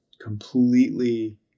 completely